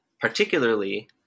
Particularly